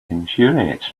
infuriates